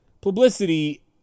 publicity